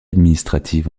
administrative